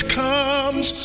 comes